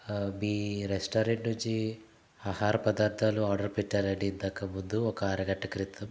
మీ restaurant నుంచి ఆహార పదార్థాలు ఆర్డర్ పెట్టానండి ఇందాక ముందు ఒక అరగంట క్రితం